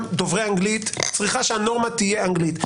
דוברי אנגלית צריך שהנורמה תהיה אנגלית.